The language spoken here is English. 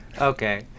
okay